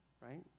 right